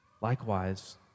Likewise